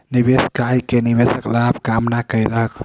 निवेश कय के निवेशक लाभ के कामना कयलक